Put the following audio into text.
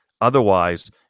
Otherwise